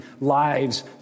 lives